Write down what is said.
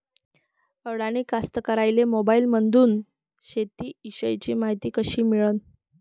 अडानी कास्तकाराइले मोबाईलमंदून शेती इषयीची मायती कशी मिळन?